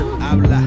Habla